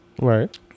Right